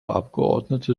abgeordnete